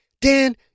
Dan